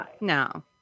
No